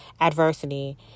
adversity